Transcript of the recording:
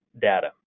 data